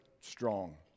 strong